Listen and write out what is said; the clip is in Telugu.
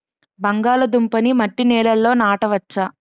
బంగాళదుంప నీ మట్టి నేలల్లో నాట వచ్చా?